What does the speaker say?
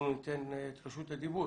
אנחנו ניתן את רשות הדיבור